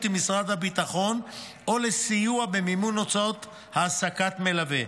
עם משרד הביטחון או סיוע במימון הוצאות העסקת מלווה.